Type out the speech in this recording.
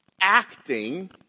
acting